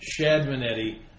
Shadmanetti